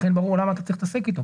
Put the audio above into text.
לכן ברור למה אתה צריך להתעסק אתו.